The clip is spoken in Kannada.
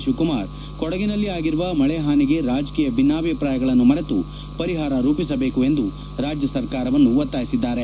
ಶಿವಕುಮಾರ್ ಕೊಡಗಿನಲ್ಲಿ ಆಗಿರುವ ಮಳಿ ಹಾನಿಗೆ ರಾಜಕೀಯ ಭಿನ್ನಾಭಿಪ್ರಾಯಗಳನ್ನು ಮರೆತು ಪರಿಹಾರ ರೂಪಿಸಬೇಕು ಎಂದು ರಾಜ್ಯ ಸರ್ಕಾರವನ್ನು ಒತ್ತಾಯಿಸಿದ್ದಾರೆ